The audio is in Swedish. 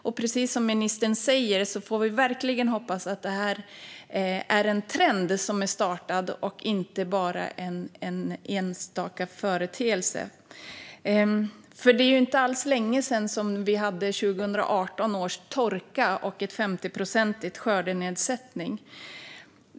Och precis som ministern säger får vi verkligen hoppas att det här är en trend som är startad och inte bara en enstaka företeelse. Det är inte alls länge sedan som vi hade 2018 års torka och en 50-procentig skördenedsättning.